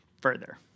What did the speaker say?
further